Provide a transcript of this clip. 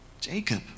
Jacob